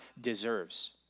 deserves